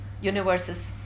universes